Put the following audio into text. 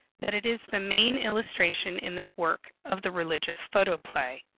that it is the main illustration in this work of the religious photoplay.